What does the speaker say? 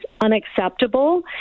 unacceptable